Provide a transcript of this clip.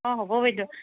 অ হ'ব বাইদেউ